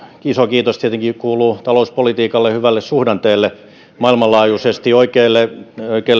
iso kiitos tietenkin kuuluu talouspolitiikalle ja hyvälle suhdanteelle maailmanlaajuisesti oikeille